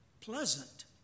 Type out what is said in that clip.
pleasant